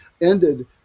ended